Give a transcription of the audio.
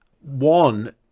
One